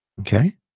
Okay